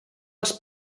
els